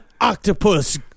Octopus